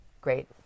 great